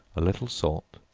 a little salt,